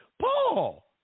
Paul